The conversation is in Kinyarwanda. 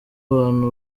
abantu